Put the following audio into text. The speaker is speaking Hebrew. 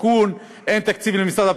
אין תקציב למשרד השיכון,